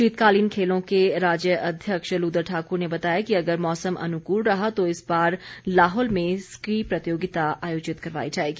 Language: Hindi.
शीतकालीन खेलों के राज्य अध्यक्ष लुदर ठाकुर ने बताया कि अगर मौसम अनुकूल रहा तो इस बार लाहौल में स्की प्रतियोगिता आयोजित करवाई जाएगी